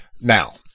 Now